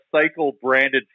cycle-branded